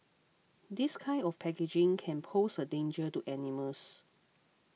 this kind of packaging can pose a danger to animals